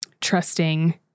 trusting